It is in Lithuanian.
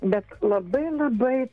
bet labai labai